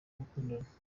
gukundana